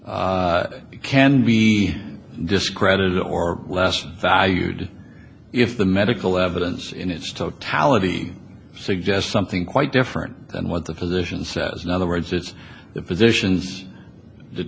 analysis can be discredited or less valued if the medical evidence in its totality suggests something quite different than what the position says in other words it's the positions th